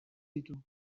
ditu